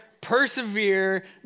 Persevere